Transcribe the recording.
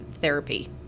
therapy